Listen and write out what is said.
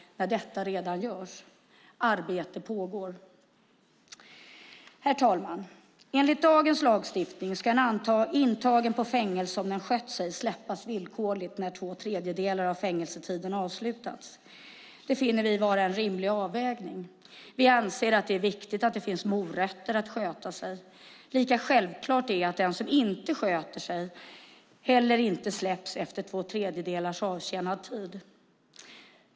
Detta görs redan. Arbete pågår! Herr talman! Enligt dagens lagstiftning ska en intagen i fängelse som skött sig släppas villkorligt när två tredjedelar av fängelsetiden avslutats. Det finner vi vara en rimlig avvägning. Vi anser att det är viktig att det finns morötter för att man ska sköta sig. Det är lika självklart att den som inte sköter sig inte heller släpps efter att ha avtjänat två tredjedelar av tiden.